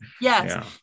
Yes